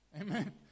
Amen